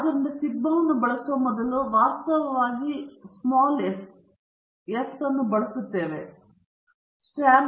ಆದ್ದರಿಂದ ಸಿಗ್ಮಾವನ್ನು ಬಳಸುವ ಬದಲು ನಾವು ವಾಸ್ತವವಾಗಿ s ಅನ್ನು ಬಳಸುತ್ತೇವೆ ಸ್ಯಾಂಪಲ್ ಸ್ಟ್ಯಾಂಡರ್ಡ್ ವಿಚಲನ